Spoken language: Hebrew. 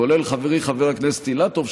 כולל חברי חבר הכנסת אילטוב,